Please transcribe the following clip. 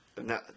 No